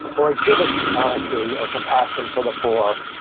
or exhibits honesty, or compassion for the poor.